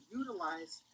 utilize